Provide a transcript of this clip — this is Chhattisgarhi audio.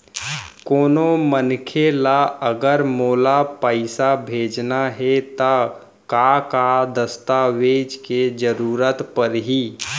कोनो मनखे ला अगर मोला पइसा भेजना हे ता का का दस्तावेज के जरूरत परही??